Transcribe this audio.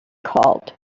called